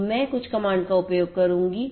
तो मैं कुछ कमांड का उपयोग करुँगी